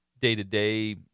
day-to-day